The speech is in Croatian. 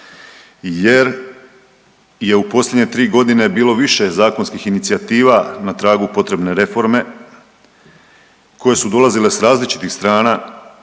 jer je u posljednje 3 godine bilo više zakonskih inicijativa na tragu potrebne reforme koje su dolazile s različitih strana,